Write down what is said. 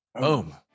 Boom